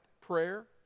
prayer